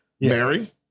Mary